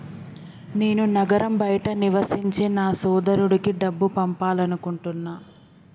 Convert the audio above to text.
నేను నగరం బయట నివసించే నా సోదరుడికి డబ్బు పంపాలనుకుంటున్నా